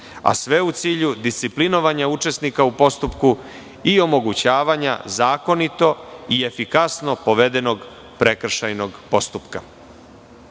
a sve u cilju disciplinovanja učesnika u postupku i omogućavanja zakonito i efikasno povedenog prekršajnog postupka. Motiv